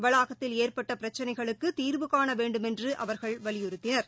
வளாகத்தில் ஏற்பட்ட பிரச்சினைகளுக்கு தீாவு காண வேண்டுமென்று அவர்கள் வலியுறுத்தினர்